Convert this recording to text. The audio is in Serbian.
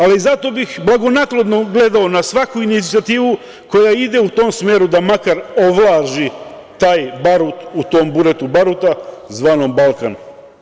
Ali, zato bih blagonaklono gledao na svaku inicijativu koja ide u tom smeru da makar ovlaži taj barut u tom buretu baruta zvanom Balkan.